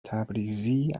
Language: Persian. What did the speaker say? تبریزی